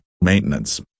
maintenance